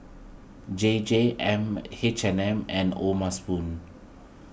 J J M H and M and O'ma Spoon